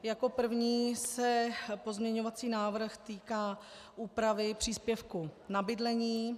Jako první se pozměňovací návrh týká úpravy příspěvku na bydlení.